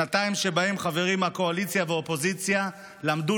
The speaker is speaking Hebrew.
שנתיים שבהן חברים מהקואליציה ומהאופוזיציה למדו